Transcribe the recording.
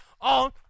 on